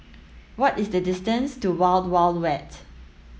what is the distance to Wild Wild Wet